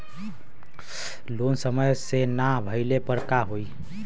Loan समय से ना भरले पर का होयी?